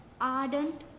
Ardent